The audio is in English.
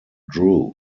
drew